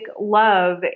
love